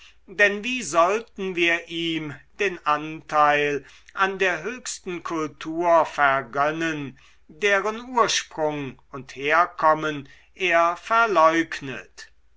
denn wie sollten wir ihm den anteil an der höchsten kultur vergönnen deren ursprung und herkommen er verleugnet